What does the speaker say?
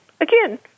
Again